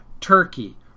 Turkey